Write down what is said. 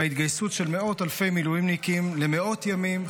בהתגייסות של מאות אלפי מילואימניקים למאות ימים,